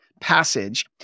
passage